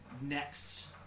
next